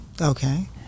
Okay